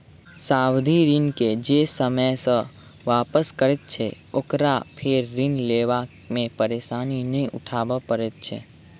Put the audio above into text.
सावधि ऋण के जे ससमय वापस करैत छै, ओकरा फेर ऋण लेबा मे परेशानी नै उठाबय पड़ैत छै